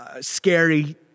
scary